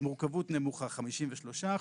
מורכבות נמוכה 53%,